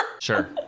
Sure